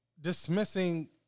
Dismissing